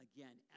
Again